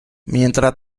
mientras